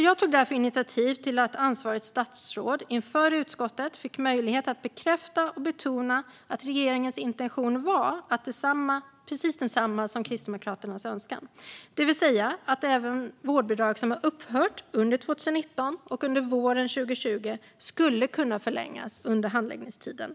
Jag tog därför initiativ till att ansvarigt statsråd inför utskottet fick möjlighet att bekräfta och betona att regeringens intention var precis densamma som Kristdemokraternas önskan, det vill säga att även vårdbidrag som upphört under 2019 och under våren 2020 skulle kunna förlängas under handläggningstiden.